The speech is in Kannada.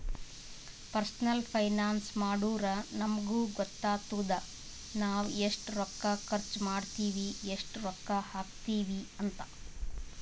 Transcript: ಪರ್ಸನಲ್ ಫೈನಾನ್ಸ್ ಮಾಡುರ್ ನಮುಗ್ ಗೊತ್ತಾತುದ್ ನಾವ್ ಎಸ್ಟ್ ರೊಕ್ಕಾ ಖರ್ಚ್ ಮಾಡ್ತಿವಿ, ಎಸ್ಟ್ ರೊಕ್ಕಾ ಹಾಕ್ತಿವ್ ಅಂತ್